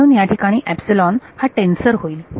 म्हणून याठिकाणी एपसीलोन हा टेन्सर होईल